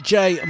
Jay